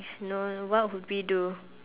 is no what would we do